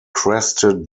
crested